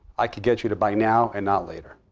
i could get you to buy now and not later,